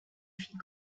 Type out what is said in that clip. fit